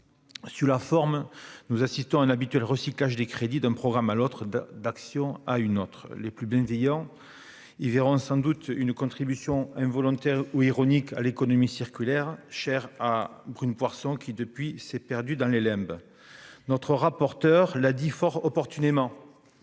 Sur la forme, nous assistons à un habituel recyclage de crédits d'un programme à un autre, d'une action à une autre. Les plus bienveillants y verront sans doute une contribution involontaire ou ironique à l'économie circulaire chère à Brune Poirson, qui, depuis lors, s'est perdue dans les limbes ... Notre rapporteur spécial Christine